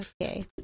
Okay